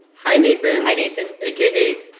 hi, nathan? hi, nathan. a k a.